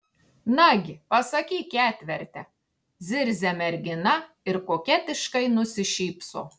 nagi pasakyk ketverte zirzia mergina ir koketiškai nusišypso